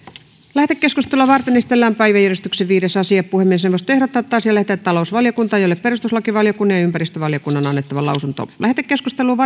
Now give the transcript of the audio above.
lähetekeskustelua varten esitellään päiväjärjestyksen viides asia puhemiesneuvosto ehdottaa että asia lähetetään talousvaliokuntaan jolle perustuslakivaliokunnan ja ympäristövaliokunnan on annettava lausunto lähetekeskusteluun